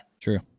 True